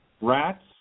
Rats